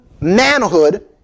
manhood